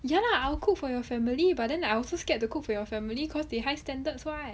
ya lah I'll cook for your family but then I also scared to cook for your family cause they high standards [what]